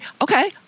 okay